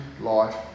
life